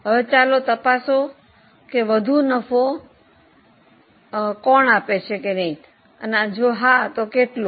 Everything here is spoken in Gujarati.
હવે ચાલો તપાસો કે તે વધુ નફો આપે છે કે નહીં જો હા તો કેટલું